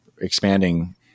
expanding